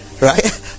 right